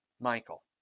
Michael